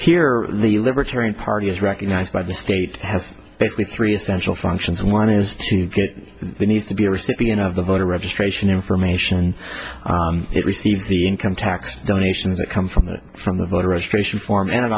here the libertarian party is recognized by the state has basically three essential functions one is to get the needs to be a recipient of the voter registration information it receives the income tax donations that come from it from the voter registration form an